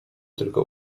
tylko